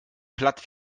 platt